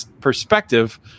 perspective